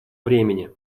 времени